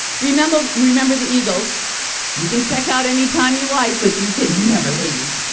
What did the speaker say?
remember remember the eagles you can check out anytime you like, but you can never leave.